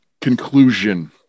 conclusion